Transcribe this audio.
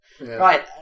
Right